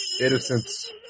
innocence